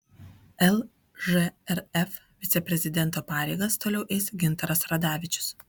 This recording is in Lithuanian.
lžrf viceprezidento pareigas toliau eis gintaras radavičius